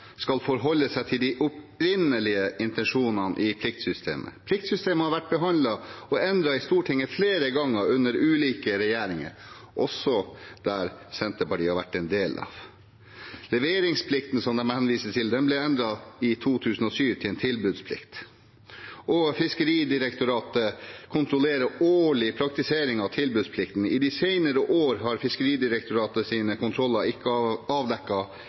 pliktsystemet. Pliktsystemet har vært behandlet og endret i Stortinget flere ganger under ulike regjeringer, også dem Senterpartiet har vært en del av. Leveringsplikten som de henviser til, ble endret i 2007 til en tilbudsplikt, og Fiskeridirektoratet kontrollerer årlig praktiseringen av tilbudsplikten. I de senere år har Fiskeridirektoratets kontroller ikke avdekket vesentlige brudd på praktiseringen av